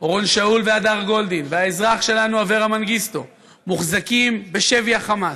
אורון שאול והדר גולדין והאזרח שלנו אברה מנגיסטו מוחזקים בשבי החמאס,